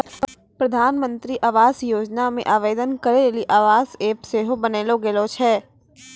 प्रधानमन्त्री आवास योजना मे आवेदन करै लेली आवास ऐप सेहो बनैलो गेलो छै